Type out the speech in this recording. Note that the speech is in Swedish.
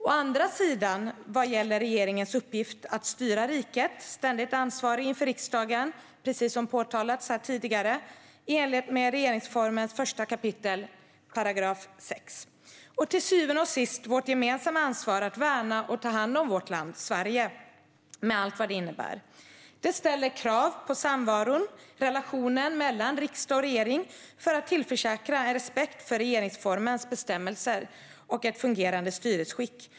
Å andra sidan gäller det regeringens uppgift att styra riket, ständigt ansvarig inför riksdagen - precis som påpekats här tidigare - i enlighet med regeringsformen 1 kap. 6 §. Till syvende och sist handlar det också om vårt gemensamma ansvar att värna och ta hand om vårt land, Sverige, med allt vad det innebär. Detta ställer krav på samvaron och relationen mellan riksdag och regering för att tillförsäkra en respekt för regeringsformens bestämmelser och för ett fungerande styresskick.